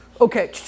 Okay